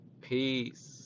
Peace